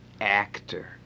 actor